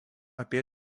apie